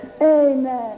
Amen